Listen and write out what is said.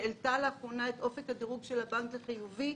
היא העלתה לאחרונה את אופק הדירוג של הבנק לחיובי,